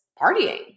partying